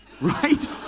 right